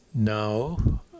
Now